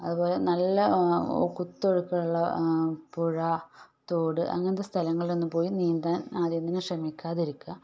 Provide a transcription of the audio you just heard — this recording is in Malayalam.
അതു പോലെ നല്ല കുത്തൊഴുക്കുള്ള പുഴ തോട് അങ്ങനത്തെ സ്ഥലങ്ങളിലൊന്നും പോയി നീന്താൻ ആദ്യം തന്നെ ശ്രമിക്കാതിരിക്കുക